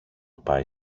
πάει